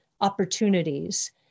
opportunities